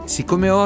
Siccome